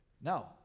Now